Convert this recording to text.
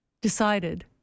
decided